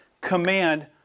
command